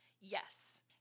Yes